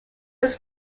was